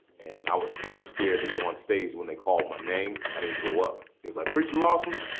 and i was so scared to go on stage when they called my name, i didn't go up. they was like, preacher lawson.